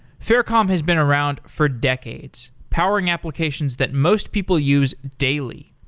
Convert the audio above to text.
faircom has been around for decades powering applications that most people use daily.